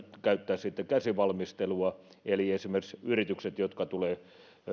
käyttämään käsin valmistelua eli esimerkiksi yritykset jotka tulevat